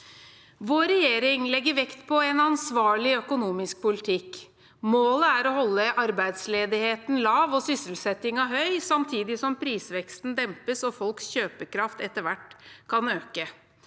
Vår regjering legger vekt på en ansvarlig økonomisk politikk. Målet er å holde arbeidsledigheten lav og sysselsettingen høy, samtidig som prisveksten dempes og folks kjøpekraft etter hvert kan øke.